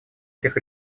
этих